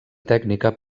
tècnica